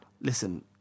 Listen